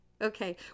Okay